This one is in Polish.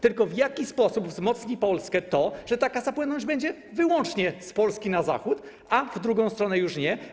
Tylko w jaki sposób wzmocni Polskę to, że ta kasa płynąć będzie wyłącznie z Polski na Zachód, a w drugą stronę już nie?